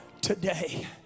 today